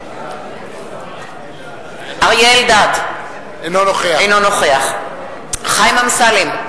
אריה אלדד, אינו נוכח חיים אמסלם,